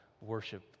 worship